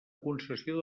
concessió